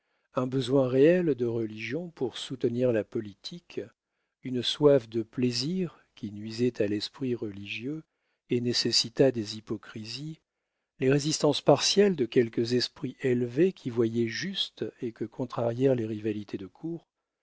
un besoin réel de religion pour soutenir la politique une soif de plaisir qui nuisait à l'esprit religieux et nécessita des hypocrisies les résistances partielles de quelques esprits élevés qui voyaient juste et que contrarièrent les rivalités de cour